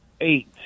eight